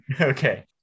Okay